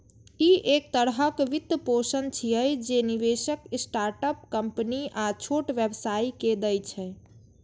ई एक तरहक वित्तपोषण छियै, जे निवेशक स्टार्टअप कंपनी आ छोट व्यवसायी कें दै छै